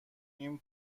این